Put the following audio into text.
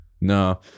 no